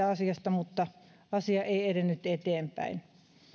asiasta mutta asia ei edennyt eteenpäin